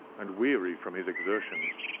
and weary from his exertions,